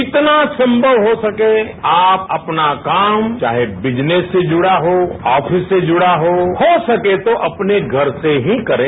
जितना संभव हो सके आप अपना काम चाहे विजनेस से जुड़ा हो आफिस से जुड़ा हो अपने घर से ही करें